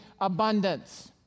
Abundance